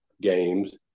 games